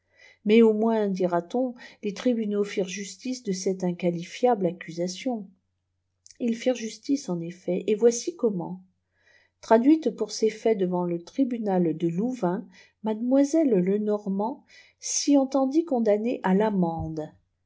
mais au moins dira-t-on les tribunaux firent justice de cette inqualifiable accusation ils firent justice en effet et voici comment traduite poiir ces faits devant le tribunal de louvain mademoiselle lenormant s'y entendit condamner à l'amende